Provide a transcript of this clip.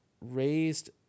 raised